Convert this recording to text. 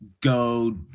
go